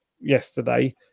yesterday